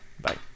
Bye